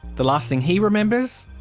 the last thing he remembers,